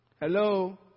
Hello